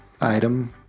item